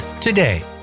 today